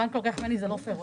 הבנק לוקח ממני זה לא פייר,